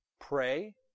pray